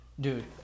Dude